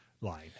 line